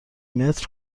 متر